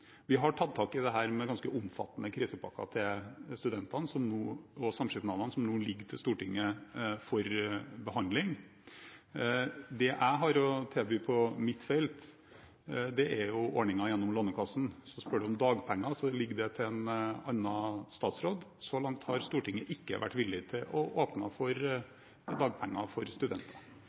det ligger nå til behandling i Stortinget. Det jeg har å tilby på mitt felt, er ordninger gjennom Lånekassen, så spør representanten om dagpenger, ligger det hos en annen statsråd. Så langt har Stortinget ikke vært villig til å åpne for dagpenger for studenter.